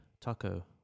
Taco